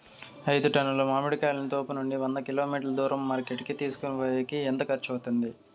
ఐదు టన్నుల మామిడి కాయలను తోపునుండి వంద కిలోమీటర్లు దూరం మార్కెట్ కి తీసుకొనిపోయేకి ఎంత ఖర్చు అవుతుంది?